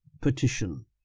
petition